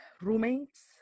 roommates